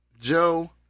Joe